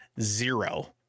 zero